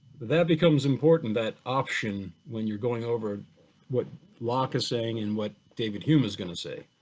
that becomes important, that option, when you're going over what locke is saying and what david hume is going to say.